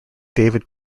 david